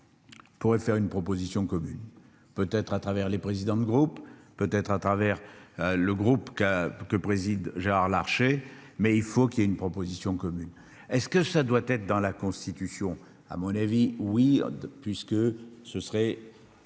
Pourrait faire une proposition commune. Peut être à travers les présidents de groupe peut être à travers. Le groupe K que préside Gérard Larché, mais il faut qu'il y ait une proposition commune. Est-ce que ça doit être dans la Constitution. À mon avis oui puisque ce serait.